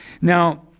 Now